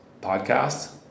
podcast